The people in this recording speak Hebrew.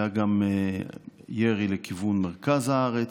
היה גם ירי לכיוון מרכז הארץ,